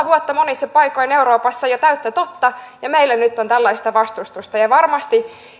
vuotta monissa paikoin euroopassa jo täyttä totta ja meillä nyt on tällaista vastustusta ja ja varmasti